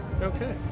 Okay